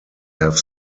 have